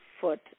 foot